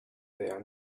their